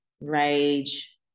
rage